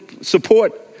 support